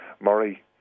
Murray